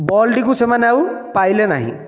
ବଲ୍ଟିକୁ ସେମାନେ ଆଉ ପାଇଲେନାହିଁ